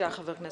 נקלטה).